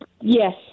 Yes